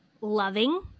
loving